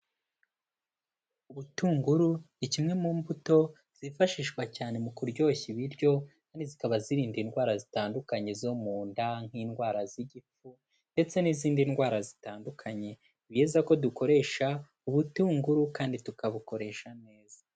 Ubutunguru ni kimwe mu mbuto zifashishwa cyane mu kuryoshya ibiryo kandi zikaba zirinda indwara zitandukanye zo mu nda, nk'indwara z'igifu ndetse n'izindi ndwara zitandukanye, ni byiza ko dukoresha ubutunguru kandi tukabukoresha neza.